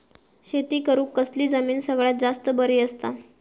शेती करुक कसली जमीन सगळ्यात जास्त बरी असता?